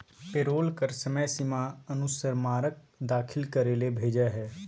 payroll कर समय सीमा अनुस्मारक दाखिल करे ले भेजय हइ